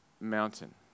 mountain